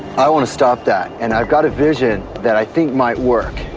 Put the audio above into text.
i want to stop that and i've got a vision that i think might work.